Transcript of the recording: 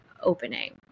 opening